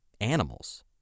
animals